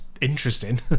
interesting